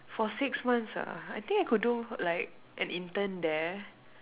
for six months ah I think I could do like an intern there